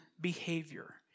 behavior